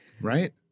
Right